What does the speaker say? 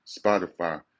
spotify